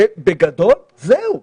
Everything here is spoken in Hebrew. בגדול, זהו.